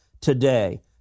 today